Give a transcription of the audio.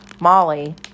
Molly